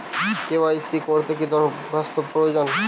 KYC করতে কি দস্তাবেজ প্রয়োজন?